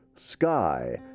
sky